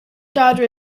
daughter